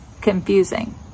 confusing